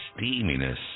steaminess